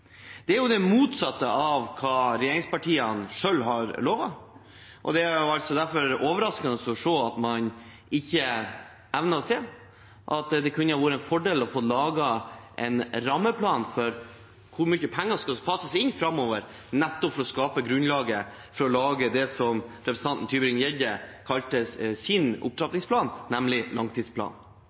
Det er det motsatte av hva regjeringspartiene selv har lovet, og det er derfor overraskende at man ikke evner å se at det kunne vært en fordel å få laget en rammeplan for hvor mye penger som skal fases inn framover – nettopp for å skape grunnlaget for det representanten Tybring-Gjedde kalte sin opptrappingsplan, nemlig langtidsplanen.